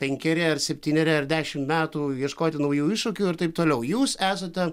penkeri ar septyneri ar dešim metų ieškoti naujų iššūkių ir taip toliau jūs esate